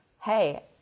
hey